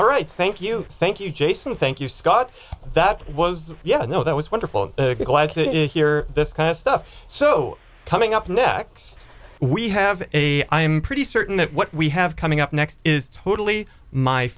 all right thank you thank you jason thank you scott that was yeah you know that was wonderful i'm glad to hear this kind of stuff so coming up next we have a i am pretty certain that what we have coming up next is totally my